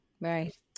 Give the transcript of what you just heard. Right